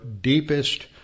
deepest